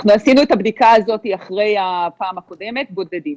אנחנו עשינו את הבדיקה הזאת אחרי הפעם הקודמת בודדים.